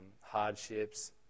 hardships